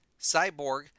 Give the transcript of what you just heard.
Cyborg